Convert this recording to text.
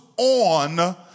on